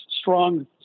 strong